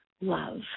love